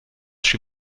she